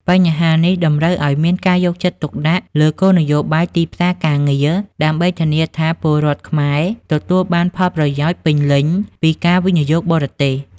បញ្ហានេះតម្រូវឲ្យមានការយកចិត្តទុកដាក់លើគោលនយោបាយទីផ្សារការងារ ដើម្បីធានាថាពលរដ្ឋខ្មែរទទួលបានផលប្រយោជន៍ពេញលេញពីការវិនិយោគបរទេស។